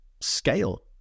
scale